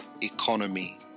economy